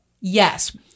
Yes